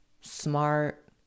smart